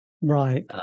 Right